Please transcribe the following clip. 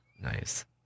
nice